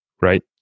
right